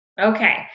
Okay